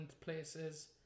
places